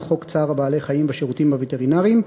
חוק צער בעלי-חיים בשירותים הווטרינריים,